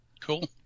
Cool